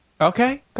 Okay